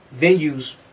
venues